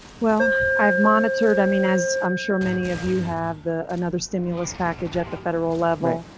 well i've monitored. i mean, as i'm sure many of you have the another stimulus package at the federal level,